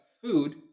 food